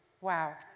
Wow